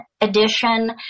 edition